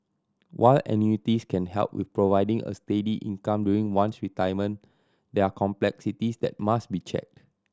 while annuities can help with providing a steady income during one's retirement there are complexities that must be checked